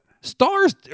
Stars